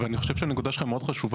ואני חושב שהנקודה שלך היא מאוד חשובה